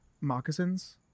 moccasins